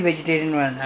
ah okay lah